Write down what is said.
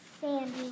Sandy